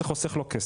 כי זה חוסך לו כסף,